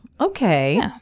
okay